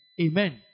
Amen